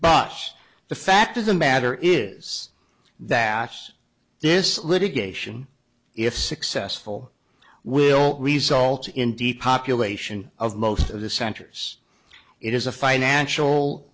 bus the fact of the matter is that this litigation if successful will result in deep population of most of the centers it is a financial